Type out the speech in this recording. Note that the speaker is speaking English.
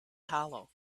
hollow